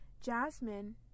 Jasmine